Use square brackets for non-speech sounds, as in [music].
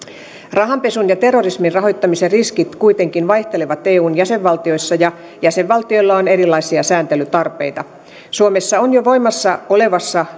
rahanpesun ja terrorismin rahoittamisen riskit kuitenkin vaihtelevat eun jäsenvaltioissa ja jäsenvaltioilla on erilaisia sääntelytarpeita suomessa on jo voimassa olevassa [unintelligible]